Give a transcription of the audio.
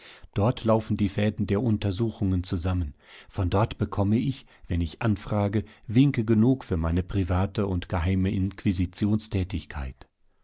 dort laufen die fäden der untersuchungen zusammen von dort bekomme ich wenn ich anfrage winke genug für meine private und geheime